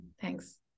Thanks